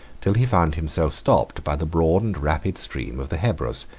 till he found himself stopped by the broad and rapid stream of the hebrus,